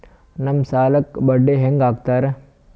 ನಮ್ ಸಾಲಕ್ ಬಡ್ಡಿ ಹ್ಯಾಂಗ ಹಾಕ್ತಾರ?